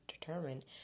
determined